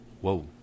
Whoa